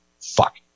fuck